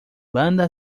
banda